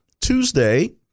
Tuesday